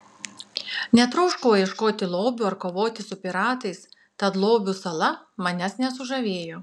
netroškau ieškoti lobių ar kovoti su piratais tad lobių sala manęs nesužavėjo